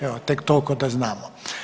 Evo, tek toliko da znamo.